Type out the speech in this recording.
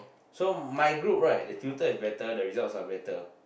so my group right the tutor is better the results are better